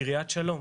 קרית שלום,